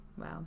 Wow